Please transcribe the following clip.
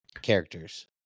Characters